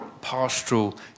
pastoral